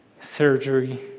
surgery